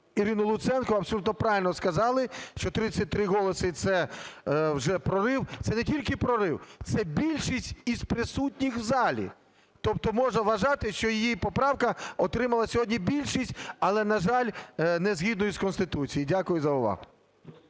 Ірину Луценко, абсолютно правильно сказали, що 33 голоси – це вже прорив, це не тільки прорив, це більшість із присутніх в залі. Тобто можна вважати, що її поправка отримала сьогодні більшість, але, на жаль, не згідно з Конституцією. Дякую за увагу.